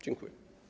Dziękuję.